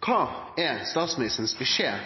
Kva er statsministerens beskjed